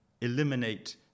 eliminate